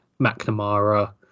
McNamara